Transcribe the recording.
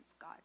God